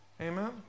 Amen